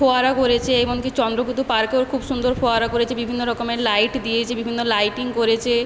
ফোয়ারা করেছে এবং কি চন্দ্রকেতু পার্কের খুব সুন্দর ফোয়ারা করেছে বিভিন্ন রকমের লাইট দিয়েছে বিভিন্ন লাইটিং করেছে